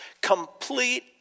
complete